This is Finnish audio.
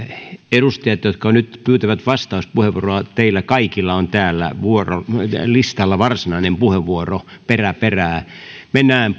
edustajat jotka nyt pyytävät vastauspuheenvuoroa teillä kaikilla on täällä listalla varsinainen puheenvuoro perä perää mennään